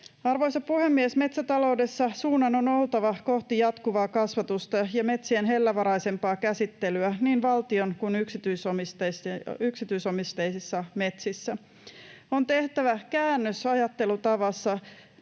Arvoisa puhemies! Metsätaloudessa suunnan on oltava kohti jatkuvaa kasvatusta ja metsien hellävaraisempaa käsittelyä niin valtion- kuin yksityisomisteisissa metsissä. On tehtävä käännös ajattelutavassa,